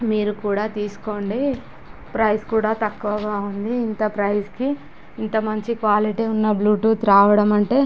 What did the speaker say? మీరు కూడా తీసుకోండి ప్రైస్ కూడా తక్కువగా ఉంది ఇంత ప్రైస్కి ఇంత మంచి క్వాలిటీ ఉన్న బ్లూటూత్ రావడం అంటే